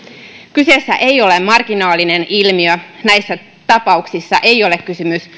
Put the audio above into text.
kyseessä ei ole marginaalinen ilmiö näissä tapauksissa ei ole kysymys